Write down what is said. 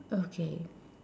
okay